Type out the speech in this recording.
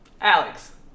Alex